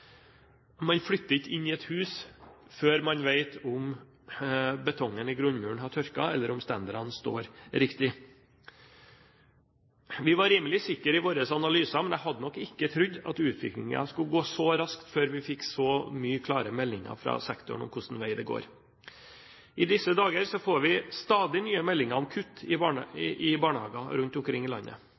Man flytter ikke inn i et hus før man vet om betongen i grunnmuren har tørket eller om stenderne står riktig. Vi var rimelig sikre i våre analyser, men jeg hadde nok ikke trodd at utviklingen skulle gå så raskt før vi fikk så mange klare meldinger fra sektoren om hvilken vei det går. I disse dager får vi stadig nye meldinger om kutt i barnehagene rundt omkring i landet.